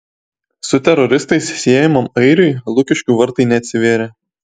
su teroristais siejamam airiui lukiškių vartai neatsivėrė